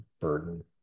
burden